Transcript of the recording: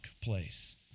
place